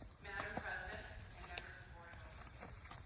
madam president and members board of overseers